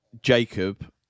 Jacob